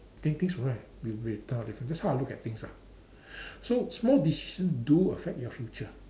with with that's how I look at things ah so small decisions do affect your future